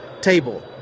table